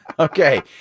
Okay